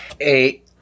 Eight